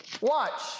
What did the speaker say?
Watch